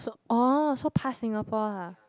so orh so pass Singapore lah